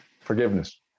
forgiveness